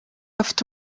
afite